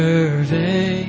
Survey